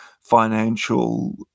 financial